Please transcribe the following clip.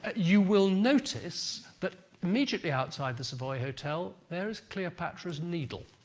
you will notice that immediately outside the savoy hotel there is cleopatra's needle.